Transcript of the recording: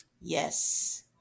Yes